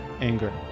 anger